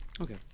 Okay